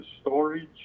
storage